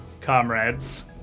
comrades